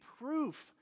proof